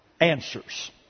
answers